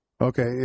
Okay